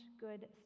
good